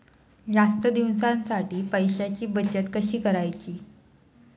जास्त दिवसांसाठी पैशांची बचत कशी करायची?